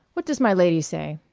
what does my lady say!